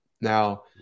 Now